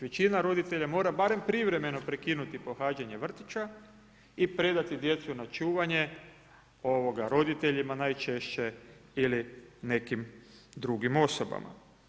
Većina roditelja mora barem privremeno prekinuti pohađanje vrtića i predati djecu na čuvanje roditeljima, najčešće ili nekim drugim osobama.